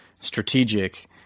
strategic